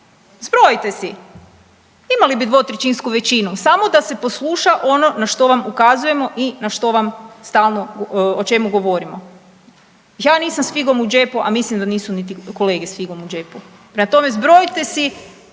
Zbrojite si, imali bi dvotrećinsku većinu samo da se posluša ono na što vam ukazujemo i na što vam stalno o čemu govorimo. Ja nisam s figom u džepu, a mislim da nisu niti kolege s figom u džepu, prema tome zbrojite si